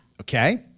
okay